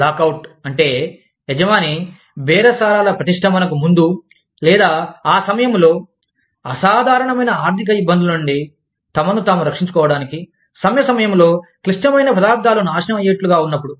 lockout అంటే యజమాని బేరసారాల ప్రతిష్టంభనకు ముందు లేదా ఆ సమయంలో అసాధారణమైన ఆర్థిక ఇబ్బందుల నుండి తమను తాము రక్షించుకోవడానికి సమ్మె సమయంలో క్లిష్టమైన పదార్థాలు నాశనం అయ్యేట్లు ఉన్నపుడు